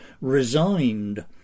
resigned